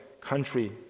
country